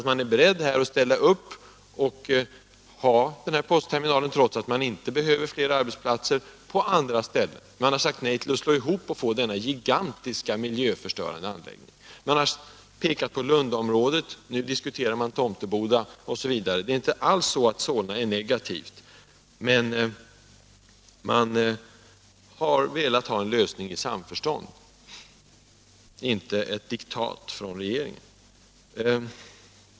Man är beredd att ställa upp och ta post — Lokalisering av terminalen trots att man inte behöver fler arbetsplatser, men man har = postoch järnvägssagt nej till den sammanslagning som skulle medföra att man får en = terminal till Solna gigantisk miljöförstörande anläggning. Man har pekat på Lundaområdet, och nu diskuterar man Tomteboda. Det är alltså inte alls så, att Solna kommun är negativ, men man har velat ha en lösning i samförstånd och inte ett diktat från regeringen.